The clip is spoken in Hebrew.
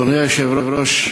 אדוני היושב-ראש,